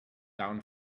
down